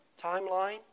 timeline